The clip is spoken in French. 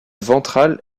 ventrale